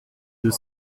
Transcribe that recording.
deux